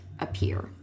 appear